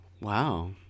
Wow